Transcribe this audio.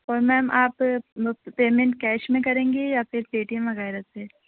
اور میم آپ پیمنٹ کیش میں کریں گی یا پھر پے ٹی ایم وغیرہ سے